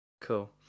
Cool